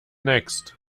next